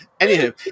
Anywho